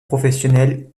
professionnelle